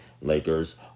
Lakers